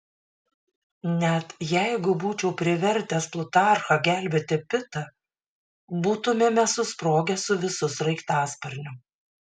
net jeigu būčiau privertęs plutarchą gelbėti pitą būtumėme susprogę su visu sraigtasparniu